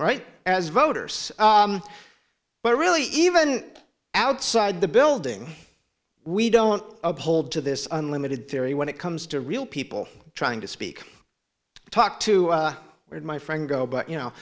right as voters but really even outside the building we don't hold to this unlimited theory when it comes to real people trying to speak talk to my friend go but you know